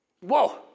whoa